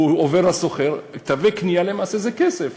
הוא עובר לסוחר, תווי קנייה למעשה זה כסף.